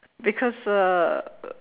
because uh